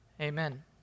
Amen